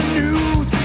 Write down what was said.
news